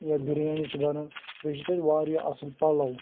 یا بریانی چھِ چھِ بنان بیٚیہِ چھِ تتہِ واریاہ اصٕل پلو